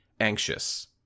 anxious